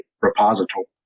repository